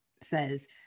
says